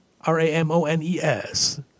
R-A-M-O-N-E-S